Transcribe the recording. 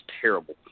terrible